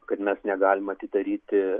kad mes negalim atidaryti